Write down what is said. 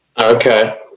Okay